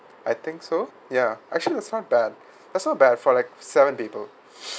I think so ya actually that's not bad that's not bad for like seven people